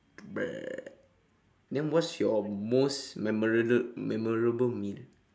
bruh then what's your most memora~ memorable meal